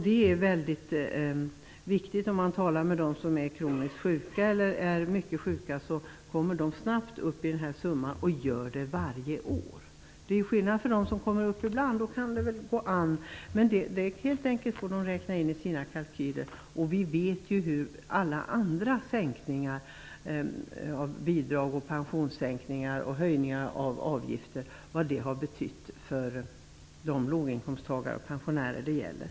Det är väldigt viktigt. När man talar med dem som är kroniskt sjuka eller mycket sjuka säger de att de mycket snabbt kommer upp till den summan, och det gör de varje år. Det är skillnad för dem ibland kommer upp till den summan. Då kan det väl gå an. Det får de helt enkelt räkna in i sina kalkyler. Men vi vet ju hur alla andra sänkningar av bidrag, sänkningar av pensioner och höjningar av avgifter har betytt för de låginkomsttagare och pensionärer det gäller.